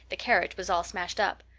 the carriage was all smashed up.